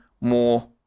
more